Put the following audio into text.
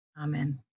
Amen